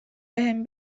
بهم